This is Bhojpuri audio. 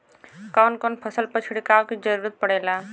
कवन कवन फसल पर छिड़काव के जरूरत पड़ेला?